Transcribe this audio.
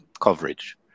coverage